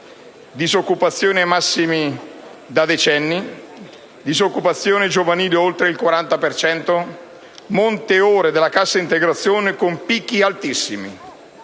disoccupazione ai massimi da decenni; disoccupazione giovanile oltre il 40 per cento; monte ore della cassa integrazione con picchi altissimi;